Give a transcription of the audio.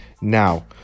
now